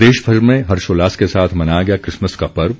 प्रदेश भर में हर्षोल्लास के साथ मनाया गया क्रिसमस का पर्व